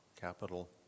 capital